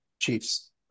Chiefs